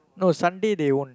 no Sunday they won't